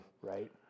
right